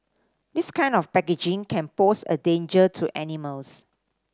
this kind of packaging can pose a danger to animals